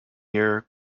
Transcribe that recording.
year